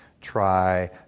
try